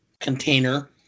container